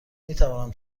میتوانم